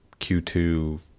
Q2